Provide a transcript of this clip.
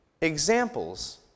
examples